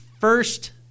first